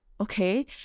okay